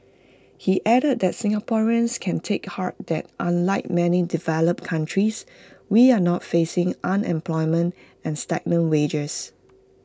he added that Singaporeans can take heart that unlike many developed countries we are not facing unemployment and stagnant wages